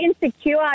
insecure